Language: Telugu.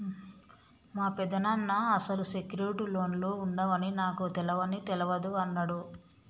మా పెదనాన్న అసలు సెక్యూర్డ్ లోన్లు ఉండవని నాకు తెలవని తెలవదు అన్నడు